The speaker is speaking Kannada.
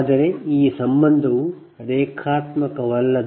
ಆದರೆ ಸಂಬಂಧವು ರೇಖಾತ್ಮಕವಲ್ಲ